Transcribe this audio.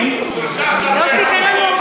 כל כך הרבה,